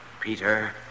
Peter